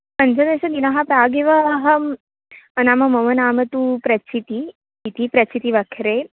पञ्चदशदिनं प्रागेव अहं नाम मम नाम तु प्रचिति इति प्रचितिः वाक्खरे